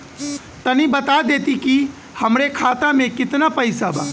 तनि बता देती की हमरे खाता में कितना पैसा बा?